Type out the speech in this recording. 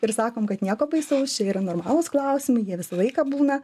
ir sakom kad nieko baisaus čia yra normalūs klausimai jie visą laiką būna